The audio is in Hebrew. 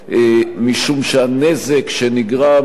משום שהנזק שנגרם,